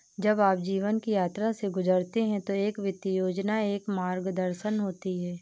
जब आप जीवन की यात्रा से गुजरते हैं तो एक वित्तीय योजना एक मार्गदर्शन होती है